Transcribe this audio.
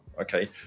Okay